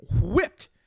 whipped